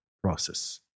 process